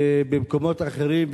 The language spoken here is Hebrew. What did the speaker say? במקומות אחרים,